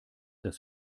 das